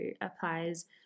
applies